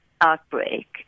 outbreak